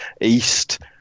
east